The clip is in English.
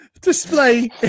display